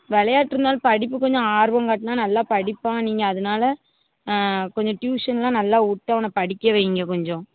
விளையாட்டு இருந்தாலும் படிப்பு கொஞ்சம் ஆர்வம் காட்டினா நல்லா படிப்பான் நீங்கள் அதனால கொஞ்சம் ட்யூஷனெலாம் நல்லா விட்டு அவனை படிக்க வையுங்க கொஞ்சம்